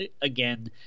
again